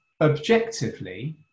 objectively